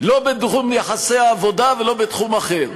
לא בתחום יחסי העבודה ולא בתחום אחר.